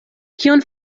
kion